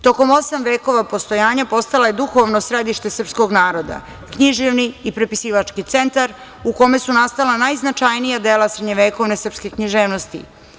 Tokom osam vekova postojanja postala je duhovno središte srpskog naroda, književni i prepisivački centar u kome su nastala najznačajnija dela srednjovekovne srpske književnosti.